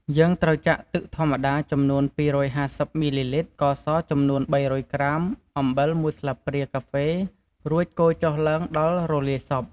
យើងត្រូវចាក់ទឹកធម្មតាចំនួន ២៥០ មីលីលីត្រ ស្ករស ចំនួន ៣០០ ក្រាម អំបិល ១ ស្លាបព្រាកាហ្វេ រួចកូរចុះឡើងដល់រលាយសព្វ។